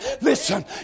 listen